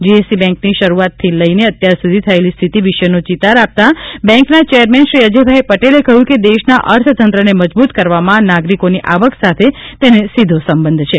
GSC બેન્કની શરૂઆતથી લઈને અત્યાર સુધી થયેલ સ્થિતિ વિશેનો ચિતાર આપતા બેન્કના ચેરમેન શ્રી અજયભાઇ પટેલે કહ્યું કે દેશના અર્થતંત્રને મજબૂત કરવામાં નાગરિકોની આવક સાથે તેને સીધો સંબંધ છે